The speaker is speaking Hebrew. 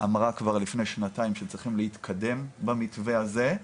אמרה כבר לפני שנתיים שהם צריכים להתקדם במתווה הזה,